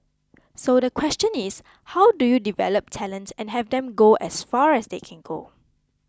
so the question is how do you develop talent and have them go as far as they can go